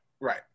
Right